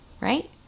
right